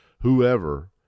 whoever